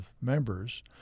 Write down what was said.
members